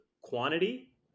quantity